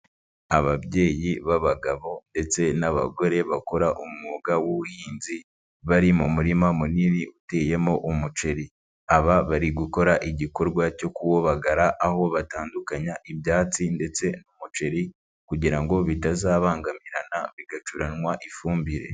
Ababyeyi b'abagabo ndetse n'abagore bakora umwuga w'ubuhinzi bari mu murima munini uteyemo umuceri, aba bari gukora igikorwa cyo kuwobagara, aho batandukanya ibyatsi ndetse n'umuceri kugira ngo bitazabangamirana bigacuranwa ifumbire.